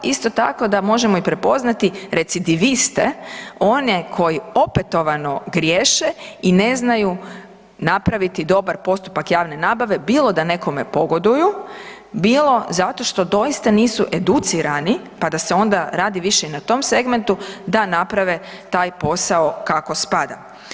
Isto tako, da možemo i prepoznati recidiviste, one koji opetovano griješe i ne znaju napraviti dobar postupak javne nabave bilo da nekome pogoduju, bilo zato što doista nisu educirani pa da se onda radi više i na tom segmentu, da naprave taj posao kako spada.